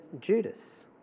Judas